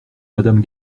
madame